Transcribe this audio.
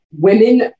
women